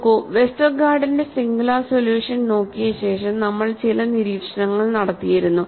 നോക്കൂ വെസ്റ്റർഗാർഡിന്റെ singular solution നോക്കിയ ശേഷം നമ്മൾ ചില നിരീക്ഷണങ്ങൾ നടത്തിയിരുന്നു